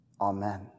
amen